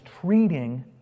treating